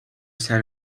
set